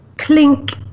clink